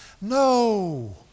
No